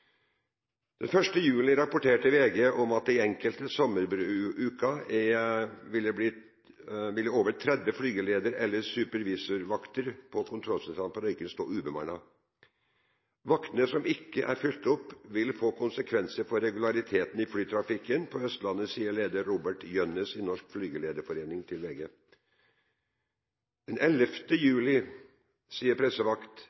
juli rapporterte VG om at i enkelte sommeruker ville over 30 flygeleder- eller supervisorvakter på kontrollsentralen på Røyken stå ubemannet. Vaktene som ikke er fylt opp, vil få konsekvenser for regulariteten i flytrafikken på Østlandet, sier leder Robert Gjønnes i Norsk Flygelederforening til VG.